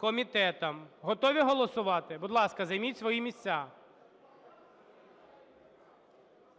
комітетом. Готові голосувати? Будь ласка, займіть свої місця.